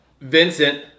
Vincent